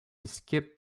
skip